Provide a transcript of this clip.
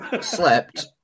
slept